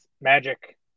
magic